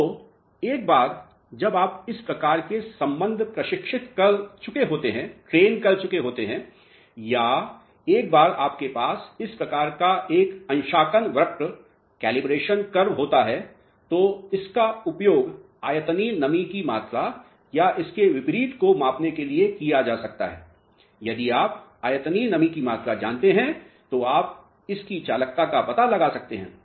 तो एक बार जब आप इस प्रकार के संबंध प्रशिक्षित कर चुके होते हैं या एक बार आपके पास इस प्रकार का एक अंशांकन वक्र होता है तो इसका उपयोग आयतनीय नमी की मात्रा या इसके विपरीत को मापने के लिए किया जा सकता है यदि आप आयतनीय नमी की मात्रा जानते हैं तो आप इसकी चालकता का पता लगा सकते हैं